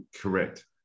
Correct